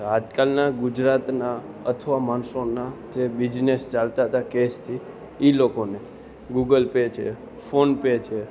આજકાલના ગુજરાતના અથવા માણસોના જે બીજનેસ ચાલતા હતા કેશથી એ લોકોને ગૂગલ પે છે ફોનપે છે